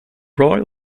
royal